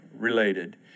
Related